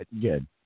Good